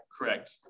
correct